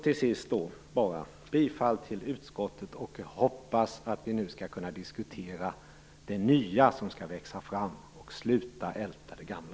Till sist yrkar jag bifall till hemställan i utskottets betänkande. Jag hoppas att vi nu skall kunna diskutera det nya som skall växa fram och att vi kan sluta älta det gamla.